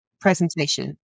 presentation